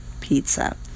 pizza